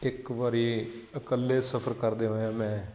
ਇੱਕ ਵਾਰੀ ਇਕੱਲੇ ਸਫ਼ਰ ਕਰਦੇ ਹੋਇਆਂ ਮੈਂ